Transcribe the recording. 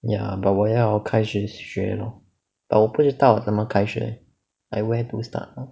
ya but 我要开始学 lor but 我不知道怎么开始 like where to start